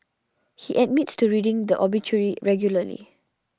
he admits to reading the obituary regularly